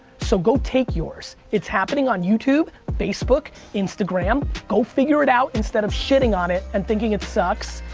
so go take yours. it's happening on youtube, facebook, instagram, go figure it out instead of shitting on it and thinking it sucks,